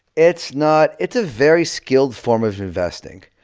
it's not it's a very skilled form of investing.